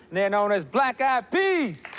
they're known as black eyed peas.